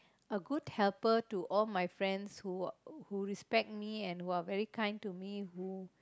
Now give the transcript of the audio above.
a good helper to all my friends who respect me and who are very kind to me who